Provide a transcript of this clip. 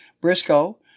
Briscoe